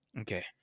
Okay